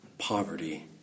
Poverty